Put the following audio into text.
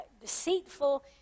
deceitful